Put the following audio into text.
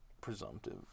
presumptive